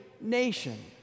nation